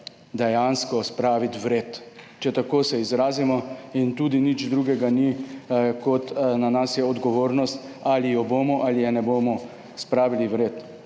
dejansko spraviti v red, če tako se izrazimo. Tudi nič drugega ni kot na nas je odgovornost ali jo bomo ali je ne bomo spravili v red.